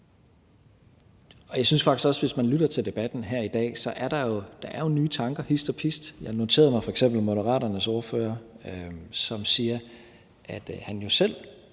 Jeg synes faktisk også, at der, hvis man lytter til debatten her i dag, så er nye tanker hist og pist. Jeg noterede mig f.eks. Moderaternes ordfører, som siger, at han jo selv